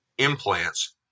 implants